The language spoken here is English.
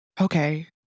okay